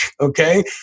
Okay